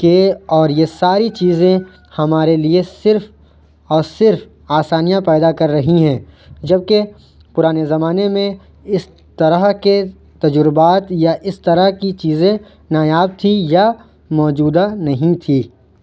کے اور یہ ساری چیزیں ہمارے لیے صرف اور صرف آسانیاں پیدا کر رہی ہیں جبکہ پرانے زمانے میں اس طرح کے تجربات یا اس طرح کی چیزیں نایاب تھیں یا موجودہ نہیں تھیں